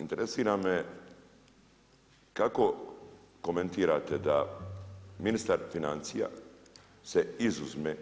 Interesira me kako komentirate da ministar financija se izuzme